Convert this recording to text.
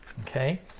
okay